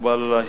מקובל עלי.